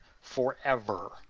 forever